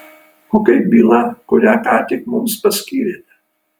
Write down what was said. o kaip byla kurią ką tik mums paskyrėte